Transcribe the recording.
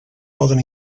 poden